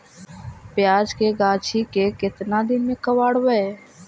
प्याज के गाछि के केतना दिन में कबाड़बै?